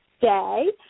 day